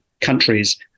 countries